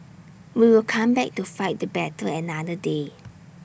we will come back to fight the battle another day